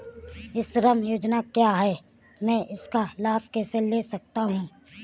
ई श्रम योजना क्या है मैं इसका लाभ कैसे ले सकता हूँ?